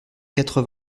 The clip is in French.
quatre